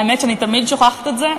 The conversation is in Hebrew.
האמת שאני תמיד שוכחת את זה.